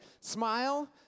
smile